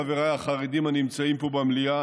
חבריי החרדים הנמצאים פה במליאה,